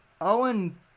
Owen